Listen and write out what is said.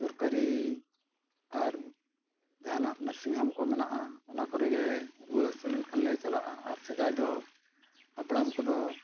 ᱥᱚᱨᱠᱟᱨᱤ ᱟᱨ ᱡᱟᱦᱟᱱᱟᱜ ᱠᱚ ᱢᱮᱱᱟᱜᱼᱟ ᱚᱱᱟ ᱠᱚᱨᱮ ᱜᱮ ᱨᱩᱣᱟᱹᱼᱦᱟᱹᱥᱩ ᱞᱮᱱᱠᱷᱟᱱᱞᱮ ᱪᱟᱞᱟᱜᱼᱟ ᱟᱨ ᱥᱮᱫᱟᱭ ᱫᱚ ᱦᱟᱯᱲᱟᱢ ᱠᱚᱫᱚ